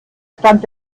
stand